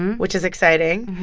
and which is exciting.